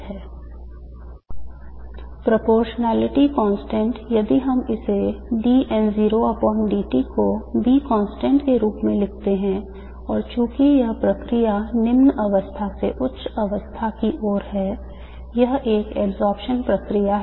Proportionality constant यदि हम इसे d N0dt को B constant के रूप में लिखते हैं और चूंकि यह प्रक्रिया निम्न अवस्था से उच्च ऊर्जा अवस्था की ओर है यह एक absorption प्रक्रिया है